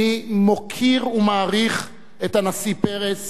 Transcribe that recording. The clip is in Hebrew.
אני מוקיר ומעריך את הנשיא פרס